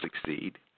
succeed